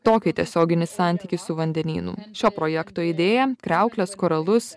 tokį tiesioginį santykį su vandenynu šio projekto idėją kriaukles koralus